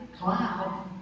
cloud